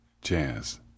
jazz